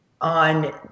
on